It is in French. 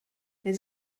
les